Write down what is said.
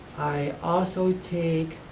i ah so ah take